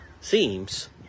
seems